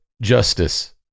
justice